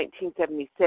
1976